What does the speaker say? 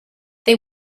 they